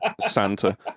Santa